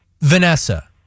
vanessa